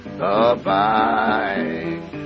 goodbye